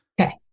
Okay